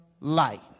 light